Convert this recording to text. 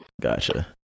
Gotcha